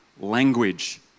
language